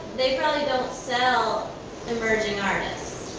they probably don't sell emerging artists.